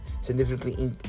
significantly